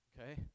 okay